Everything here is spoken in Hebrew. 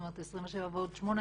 כלומר 27% ועוד 8%,